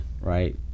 right